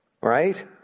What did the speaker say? right